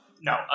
no